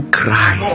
cry